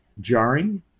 jarring